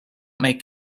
make